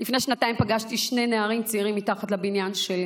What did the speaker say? לפני שנתיים פגשתי שני נערים צעירים מתחת לבניין שלי.